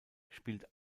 spielt